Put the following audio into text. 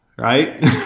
right